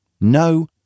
No